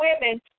women